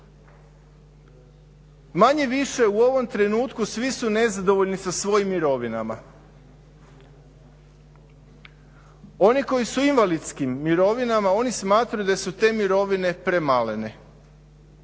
Manje-više u ovom trenutku svi su nezadovoljni sa svojim mirovinama. Oni koji su u invalidskim mirovinama, oni smatraju da su te mirovine premalene.